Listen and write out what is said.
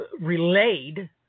relayed